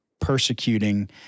persecuting